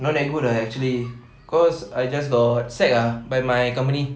not that ah actually cause I just got sacked ah by my company